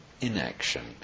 inaction